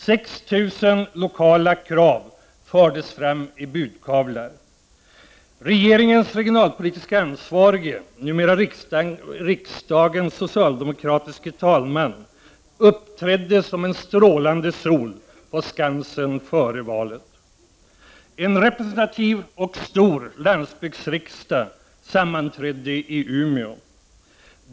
6000 lokala krav fördes fram i budkavlar. Regeringens regionalpolitiskt ansvarige, numera riksdagens socialdemokratiske talman, uppträdde som en strålande sol på Skansen före valet. En representativ och stor landsbygdsriksdag sammanträdde i Umeå.